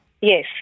Yes